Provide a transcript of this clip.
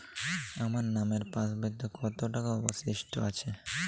আমার নামের পাসবইতে কত টাকা অবশিষ্ট আছে?